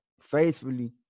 faithfully